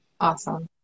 Awesome